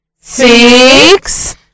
six